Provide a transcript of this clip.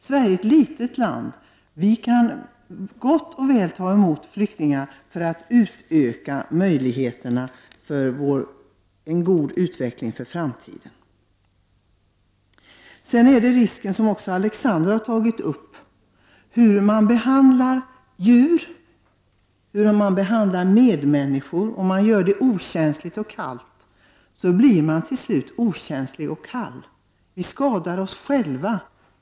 Sverige är ett litet land. Vi kan gott och väl ta emot flyktingar för att främja en god utveckling för framtiden. Alexander Chrisopoulos tog upp risken för att man, om man behandlar människor och djur okänsligt och kallt, till sist blir okänslig och kall.